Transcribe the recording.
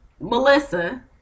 Melissa